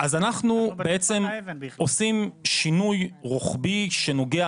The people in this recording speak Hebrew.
אז אנחנו בעצם עושים שינוי רוחבי שנוגע